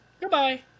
Goodbye